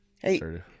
Hey